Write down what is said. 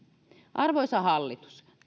arvoisa hallitus